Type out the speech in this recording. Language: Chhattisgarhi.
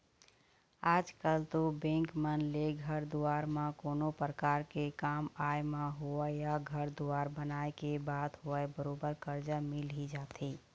आजकल तो बेंक मन ले घर दुवार म कोनो परकार के काम आय म होवय या घर दुवार बनाए के बात होवय बरोबर करजा मिल ही जाथे